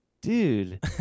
dude